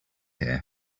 here